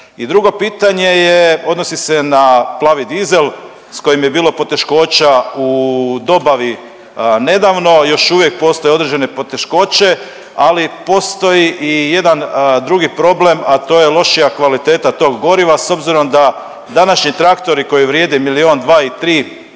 drugo pitanje je odnosi se na plavi dizel s kojim je bilo poteškoća u dobavi nedavno. Još uvijek postoje određene poteškoće, ali postoji i jedan problem, a to je lošija kvaliteta tog goriva s obzirom da današnji traktori koji vrijede milion, dva i tri kuna